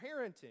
parenting